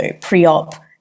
pre-op